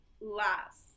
last